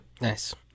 Nice